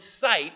sight